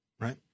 Right